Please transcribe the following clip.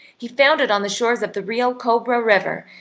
he found it on the shores of the rio cobra river,